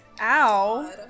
Ow